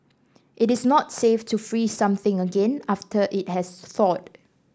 it is not safe to freeze something again after it has thawed